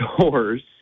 doors